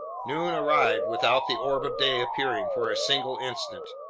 noon arrived without the orb of day appearing for a single instant.